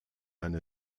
eine